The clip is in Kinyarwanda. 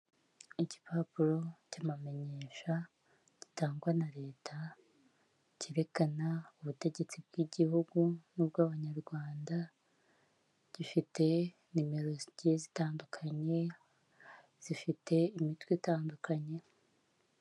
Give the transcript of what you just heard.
Igipapuro cy'amamenyesha gitangwa na Leta, cyerekana ubutegetsi bw'igihugu n'ubw'abanyarwanda, gifite nimero zigiye zitandukanye, zifite imitwe itandukanye.